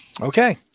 Okay